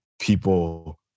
people